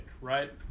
right